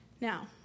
Now